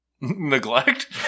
Neglect